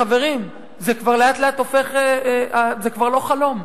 חברים, זה כבר לאט-לאט הופך, זה כבר לא חלום.